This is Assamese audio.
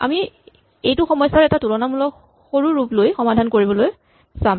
আমি এইটো সমস্যাৰ এটা তুলনামূলকভাৱে সৰু ৰূপলৈ সমাধান কৰি চাম